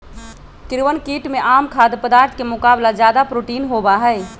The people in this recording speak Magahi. कीड़वन कीट में आम खाद्य पदार्थ के मुकाबला ज्यादा प्रोटीन होबा हई